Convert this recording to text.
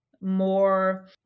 more